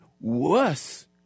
worse